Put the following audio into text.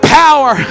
power